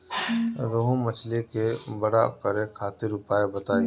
रोहु मछली के बड़ा करे खातिर उपाय बताईं?